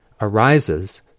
arises